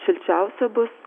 šilčiausia bus